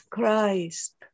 Christ